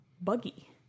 buggy